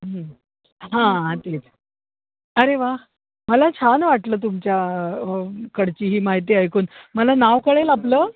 हं हां हां तेच अरे वा मला छान वाटलं तुमच्या कडची ही माहिती ऐकून मला नाव कळेल आपलं